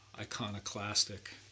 iconoclastic